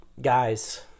Guys